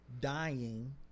dying